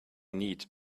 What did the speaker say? need